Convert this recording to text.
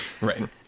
Right